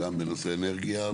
גם בנושא אנרגיה.